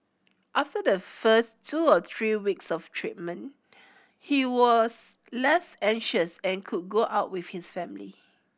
after the first two or three weeks of treatment he was less anxious and could go out with his family